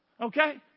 Okay